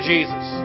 Jesus